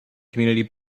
community